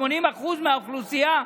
80% מהאוכלוסייה,